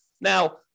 Now